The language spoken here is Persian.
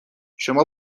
شما